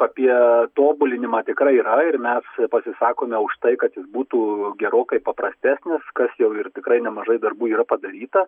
apie tobulinimą tikrai yra ir mes pasisakome už tai kad būtų gerokai paprastesnis kas jau ir tikrai nemažai darbų yra padaryta